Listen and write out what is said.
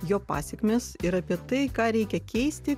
jo pasekmes ir apie tai ką reikia keisti